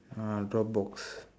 ah dropbox